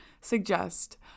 suggest